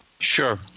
Sure